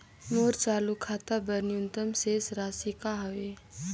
मोर चालू खाता बर न्यूनतम शेष राशि का हवे?